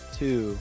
two